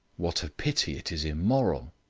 what a pity it is immoral.